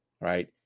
right